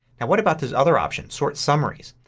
and what about this other option sort summaries.